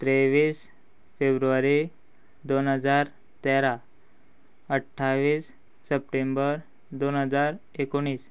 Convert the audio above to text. त्रेवीस फेब्रुवारी दोन हजार तेरा अठ्ठावीस सप्टेंबर दोन हजार एकोणीस